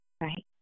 right